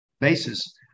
basis